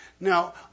Now